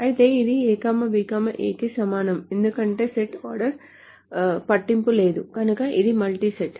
అయితే ఇది A B A కి సమానం ఎందుకంటే సెట్ ఆర్డర్ పట్టింపు లేదు కనుక ఇది మల్టీ సెట్